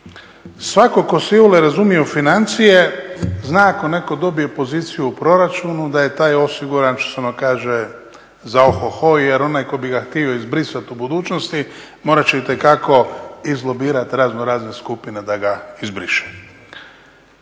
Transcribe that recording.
Svatko tko se iole razumije u financije zna ako netko dobije poziciju u proračunu da je taj osiguran, što se ono kaže, za ohoho jer onaj tko bi ga htio izbrisati u budućnosti, morat će itekako izlobirati razno razne skupine da ga izbriše.